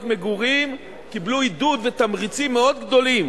מגורים קיבלו עידוד ותמריצים מאוד גדולים,